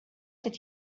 did